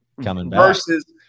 versus